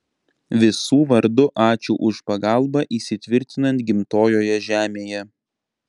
visų vardu ačiū už pagalbą įsitvirtinant gimtojoje žemėje